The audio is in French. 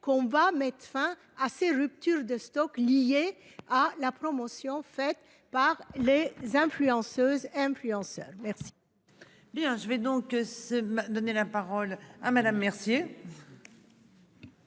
qu'on va mettre fin à ces ruptures de stock liées à la promotion faite par les influenceuses et influenceurs merci.